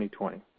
2020